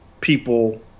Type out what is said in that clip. people